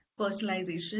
personalization